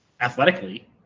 Athletically